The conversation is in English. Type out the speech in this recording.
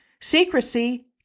Secrecy